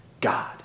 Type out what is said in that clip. God